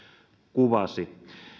kuvasi